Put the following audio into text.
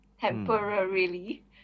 Temporarily